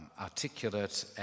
articulate